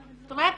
את אומרת,